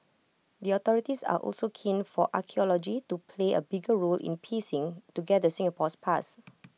the authorities are also keen for archaeology to play A bigger role in piecing together Singapore's past